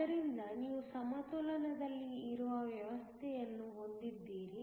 ಆದ್ದರಿಂದ ನೀವು ಸಮತೋಲನದಲ್ಲಿರುವ ವ್ಯವಸ್ಥೆಯನ್ನು ಹೊಂದಿದ್ದೀರಿ